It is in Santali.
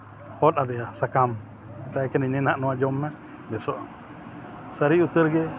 ᱦᱚᱫ ᱟᱫᱮᱭᱟ ᱥᱟᱠᱟᱢ ᱢᱮᱛᱟᱭ ᱠᱟᱹᱱᱟᱹᱧ ᱱᱮ ᱱᱟᱦᱟᱜ ᱱᱚᱣᱟ ᱡᱚᱢ ᱢᱮ ᱵᱮᱥᱚᱜ ᱟᱢ ᱥᱟᱹᱨᱤ ᱩᱛᱟᱹᱨ ᱜᱮ